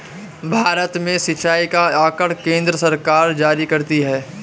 भारत में सिंचाई का आँकड़ा केन्द्र सरकार जारी करती है